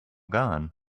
gone